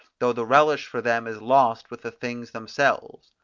though the relish for them is lost with the things themselves.